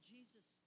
Jesus